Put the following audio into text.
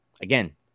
again